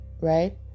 right